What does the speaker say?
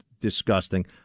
disgusting